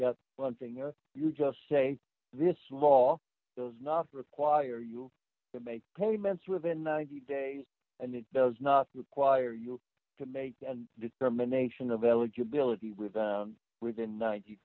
the one thing you just say this law does not require you to make payments within ninety days and it does not require you to make and determination of eligibility with within ninety